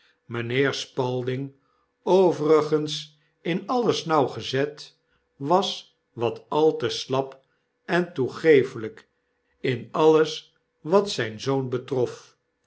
mynheer spalding overigens in alles nauwgezet was wat al te slap en toegeeflyk in alles wat zjjn zoon betrof